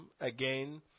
again